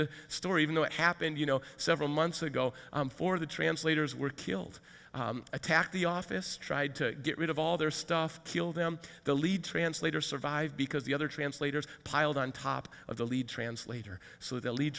the story even though it happened you know several months ago for the translators were killed attacked the office tried to get rid of all their stuff killed them the lead translator survived because the other translators piled on top of the lead translator so the